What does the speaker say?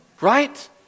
Right